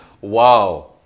Wow